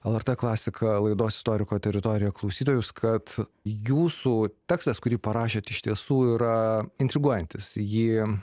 lrt klasika laidos istoriko teritorija klausytojus kad jūsų tekstas kurį parašėt iš tiesų yra intriguojantis jį